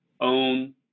own